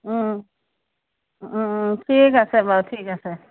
ওম ওম ঠিক আছে বাৰু ঠিক আছে